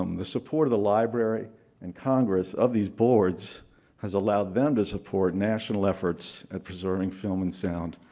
um the support of the library and congress of these boards has allowed them to support national efforts at preserving film and sound,